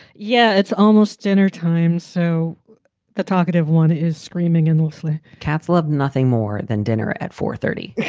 yeah, it's almost dinnertime. so the talkative one is screaming and wolfley cats love nothing more than dinner at four thirty.